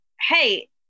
hey